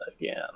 Again